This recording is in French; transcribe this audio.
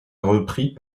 repris